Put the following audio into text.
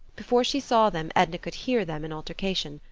before she saw them edna could hear them in altercation,